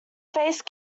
face